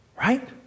Right